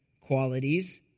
qualities